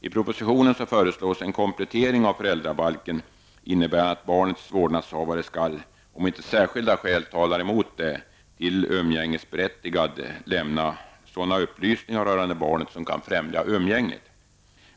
I propositionen föreslås en komplettering av föräldrabalken innebärande att barnets vårdnadshavare skall, om inte särskilda skäl talar mot detta, till den umgängesberättigade lämna sådana upplysningar rörande barnet som kan främja umgänget.